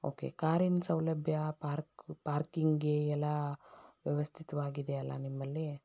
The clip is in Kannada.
ಓಕೆ ಕಾರಿನ ಸೌಲಭ್ಯ ಪಾರ್ಕು ಪಾರ್ಕಿಂಗ್ಗೆ ಎಲ್ಲ ವ್ಯವಸ್ಥಿತವಾಗಿ ಇದೆಯಲ್ಲ ನಿಮ್ಮಲ್ಲಿ